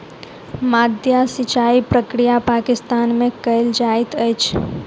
माद्दा सिचाई प्रक्रिया पाकिस्तान में कयल जाइत अछि